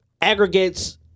aggregates